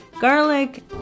garlic